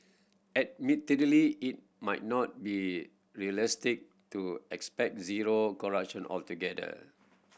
admittedly it might not be realistic to expect zero altogether